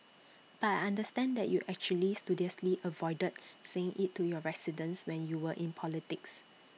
but I understand that you actually studiously avoided saying IT to your residents when you were in politics